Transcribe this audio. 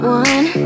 one